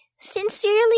Sincerely